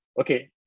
okay